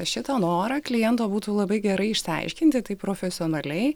šitą norą kliento būtų labai gerai išsiaiškinti taip profesionaliai